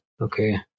Okay